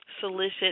solicit